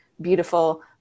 beautiful